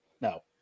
No